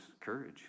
courage